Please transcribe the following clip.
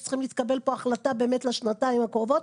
שצריכה להתקבל פה החלטה באמת לשנתיים הקרובות.